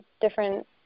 different